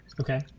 Okay